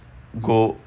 eat